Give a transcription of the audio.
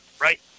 Right